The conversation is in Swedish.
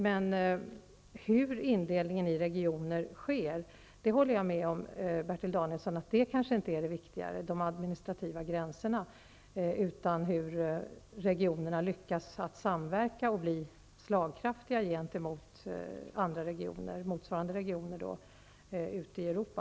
Men hur indelningen i regioner sker, hur de administrativa gränserna dras -- det håller jag med om, Bertil Danielsson -- kanske inte är det viktiga, utan det viktiga är hur regionerna lyckas samverka och bli slagkraftiga gentemot motsvarande regioner ute i Europa.